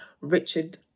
Richard